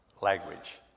language